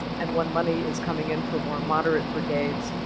and when money is coming in for more moderate brigades,